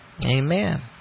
Amen